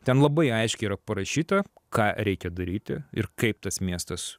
ten labai aiškiai yra parašyta ką reikia daryti ir kaip tas miestas